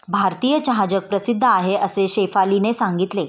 भारतीय चहा जगप्रसिद्ध आहे असे शेफालीने सांगितले